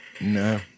No